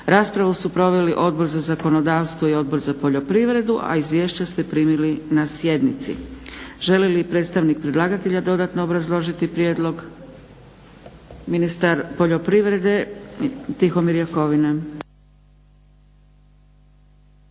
Raspravu su proveli Odbor za zakonodavstvo i Odbor za poljoprivredu, a izvješća ste primili na sjednici. Želi li predstavnik predlagatelja dodatno obrazložiti prijedlog? Ministar poljoprivrede Tihomir Jakovina.